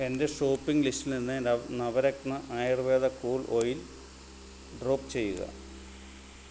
എന്റെ ഷോപ്പിംഗ് ലിസ്റ്റിൽനിന്ന് Navratna Ayurveda cool oil drop ചെയ്യുക